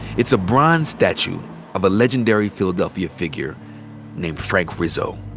it's a bronze statue of a legendary philadelphia figure named frank rizzo.